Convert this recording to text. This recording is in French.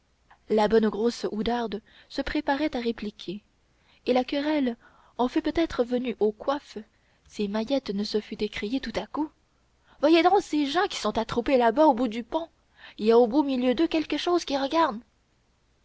la bonne grosse oudarde se préparait à répliquer et la querelle en fût peut-être venue aux coiffes si mahiette ne se fût écriée tout à coup voyez donc ces gens qui se sont attroupés là-bas au bout du pont il y a au milieu d'eux quelque chose qu'ils regardent